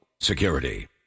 Security